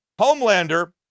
Homelander